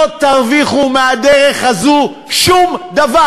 לא תרוויחו מהדרך הזאת שום דבר.